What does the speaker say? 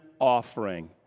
offering